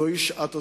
זוהי "שעת הזהב".